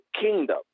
kingdom